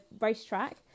racetrack